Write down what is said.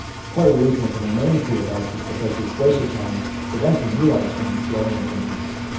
part of the reason it can remain free of ice is because this glacier tongue is preventing new ice from blowing in from the east.